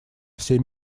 все